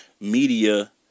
media